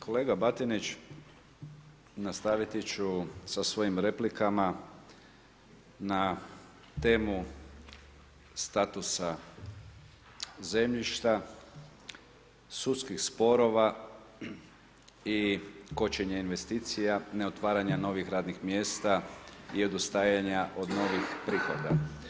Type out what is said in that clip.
Kolega Batinić nastaviti ću sa svojim replikama na temu statusa zemljišta, sudskih sporova i kočenja investicija, ne otvaranja novih radnih mjesta i odustajanja od novih prihoda.